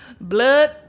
blood